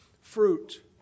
fruit